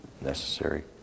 necessary